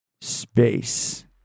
Space